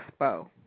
expo